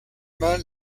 mal